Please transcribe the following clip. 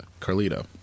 Carlito